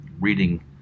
reading